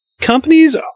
Companies